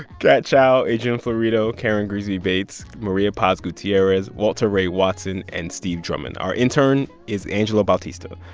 kat chow, adrian florido, karen grigsby bates, maria paz gutierrez, walter ray watson and steve drummond. our intern is angela baltista.